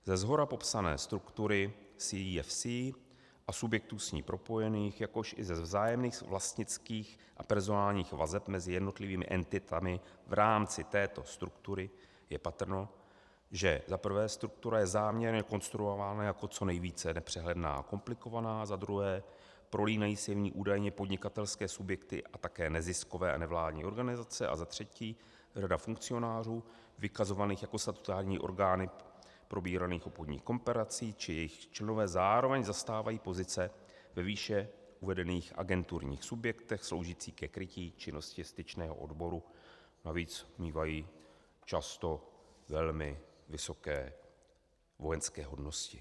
Ze shora popsané struktury CEFC a subjektů s ní propojených, jakož i ze vzájemných vlastnických a personálních vazeb mezi jednotlivými entitami v rámci této struktury je patrno, že za prvé struktura je záměrně konstruována jako co nejvíce nepřehledná a komplikovaná, za druhé prolínají se v ní údajně podnikatelské subjekty a také neziskové a nevládní organizace, a za třetí rada funkcionářů vykazovaných jako statutární orgány probíraných obchodních korporací či jejich členové zároveň zastávají pozice ve výše uvedených agenturních subjektech sloužících ke krytí činnosti styčného odboru, navíc mívají velmi často vysoké vojenské hodnosti.